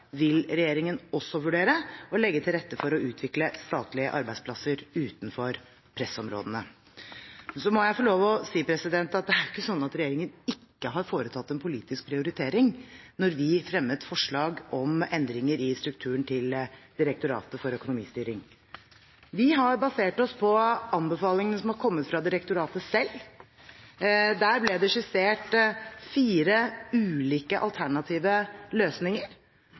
vil regjeringen også vurdere å legge til rette for å utvikle statlige arbeidsplasser utenfor pressområdene. Så må jeg få si at det er ikke slik at regjeringen ikke har foretatt en politisk prioritering når vi fremmer forslag om endringer i strukturen til Direktoratet for økonomistyring. Vi har basert oss på anbefalingene fra direktoratet selv. Der ble det skissert fire ulike alternative løsninger.